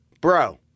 bro